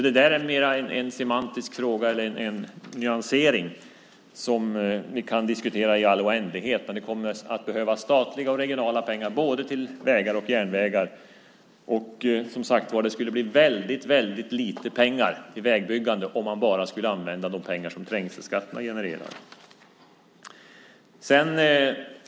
Det där är alltså mer en semantisk fråga eller en nyansering som vi kan diskutera i all oändlighet, men det kommer att behövas statliga och regionala pengar till både vägar och järnvägar. Det skulle, som sagt var, bli väldigt lite pengar till vägbyggande om man bara skulle använda de pengar som trängselskatterna genererar.